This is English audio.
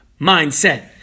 mindset